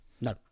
no